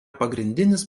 pagrindinis